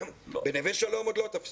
בנווה שלום עוד לא תפסו.